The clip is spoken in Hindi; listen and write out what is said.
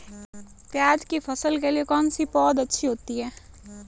प्याज़ की फसल के लिए कौनसी पौद अच्छी होती है?